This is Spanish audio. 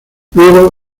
luego